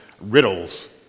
riddles